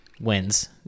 wins